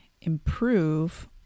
improve